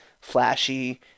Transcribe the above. flashy